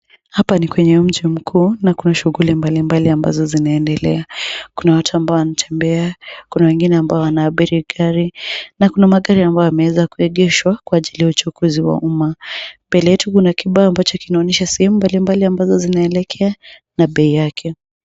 Hapa ni kwenye mji mkuu, na kuna shughuli mbalimbali ambazo zinaendelea. Kuna watu ambao wanatembea , kuna wengine ambao wanaabiri gari na kuna magari ambayo yameweza kuegeshwa kwa ajili ya uchukuzi wa umma. Mbele yetu kuna kibao ambacho kinaonyesha sehemu mbalimbali ambazo zinaelekea na bei yake.